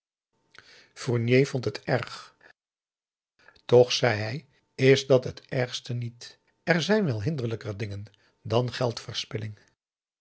fournier vond het erg toch zei hij is dat het ergste niet er zijn wel hinderlijker dingen dan